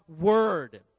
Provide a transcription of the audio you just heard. word